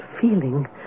feeling